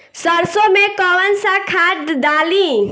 सरसो में कवन सा खाद डाली?